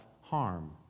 harm